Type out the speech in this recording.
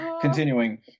Continuing